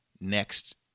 next